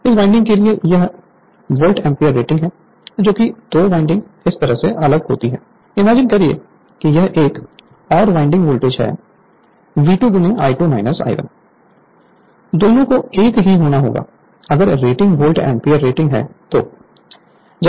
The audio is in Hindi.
इस वाइंडिंग के लिए यह वोल्ट एम्पीयर रेटिंग है जैसे कि 2 वाइंडिंग इस तरह से अलग होती हैं इमेजिन करिए की यह एक और वाइंडिंग वोल्टेज है V2 I2 I1 दोनों को एक ही होना होगा अगर रेटिंग वोल्ट एम्पीयर रेटिंग हो तो